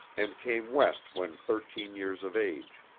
and came west when thirteen years of age.